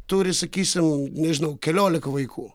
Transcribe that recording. turi sakysim nežinau keliolika vaikų